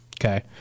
okay